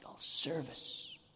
service